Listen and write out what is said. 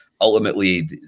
Ultimately